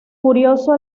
furioso